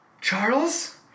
Charles